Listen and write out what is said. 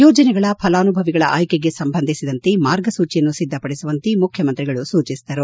ಯೋಜನೆಗಳ ಫಲಾನುಭವಿಗಳ ಆಯ್ಕೆಗೆ ಸಂಬಂಧಿಸಿದಂತೆ ಮಾರ್ಗಸೂಚಿಯನ್ನು ಸಿದ್ದಪಡಿಸುವಂತೆ ಮುಖ್ಯಮಂತ್ರಿಗಳು ಸೂಚಿಸಿದರು